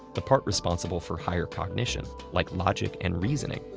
the part responsible for higher cognition like logic and reasoning,